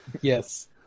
Yes